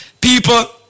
people